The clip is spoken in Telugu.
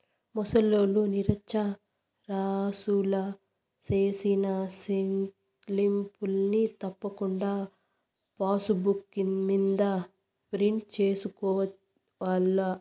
ముసలోల్లు, నిరచ్చరాసులు సేసిన సెల్లింపుల్ని తప్పకుండా పాసుబుక్ మింద ప్రింటు సేయించుకోవాల్ల